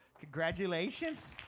congratulations